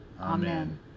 Amen